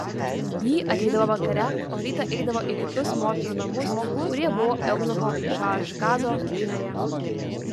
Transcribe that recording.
ji ateidavo vakare o rytą eidavo į kitus moterų namus kurie buvo eunucho šaašgazo žinioje